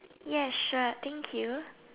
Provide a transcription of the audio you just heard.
yes sure thank you